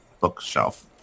bookshelf